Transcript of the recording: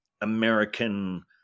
American